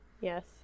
yes